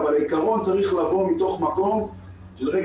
אבל העיקרון צריך לבוא מתוך מקום שאנחנו